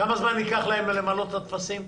כמה זמן ייקח להם למלא טפסים?